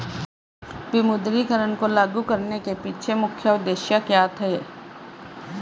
विमुद्रीकरण को लागू करने के पीछे मुख्य उद्देश्य क्या थे?